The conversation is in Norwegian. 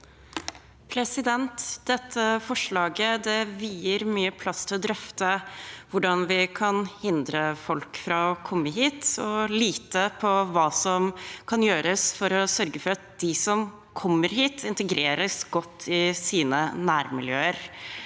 Dette forslaget vier mye plass til å drøfte hvordan vi kan hindre folk fra å komme hit, og lite plass til hva som kan gjøres for å sørge for at de som kommer hit, integreres godt i sine nærmiljøer.